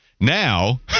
Now